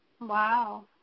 Wow